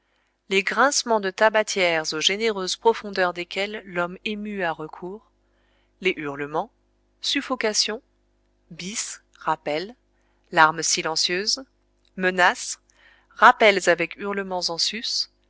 les grincements de tabatières aux généreuses profondeurs desquelles l'homme ému a recours les hurlements suffocations bis rappels larmes silencieuses menaces rappels avec hurlements en sus